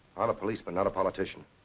ah a policeman, not a politician.